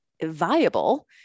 viable